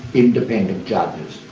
independent judges.